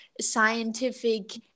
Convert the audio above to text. scientific